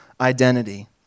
identity